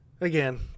Again